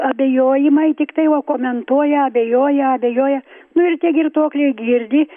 abejojimai tiktai va komentuoja abejoja abejoja nu ir tie girtuokliai girdi